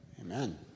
Amen